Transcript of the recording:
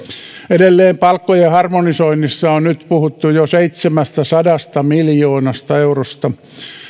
edelleen palkkojen harmonisoinnissa on nyt puhuttu jo seitsemästäsadasta miljoonasta eurosta